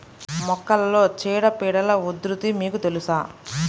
మొక్కలలో చీడపీడల ఉధృతి మీకు తెలుసా?